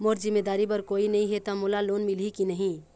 मोर जिम्मेदारी बर कोई नहीं हे त मोला लोन मिलही की नहीं?